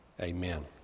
Amen